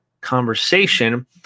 conversation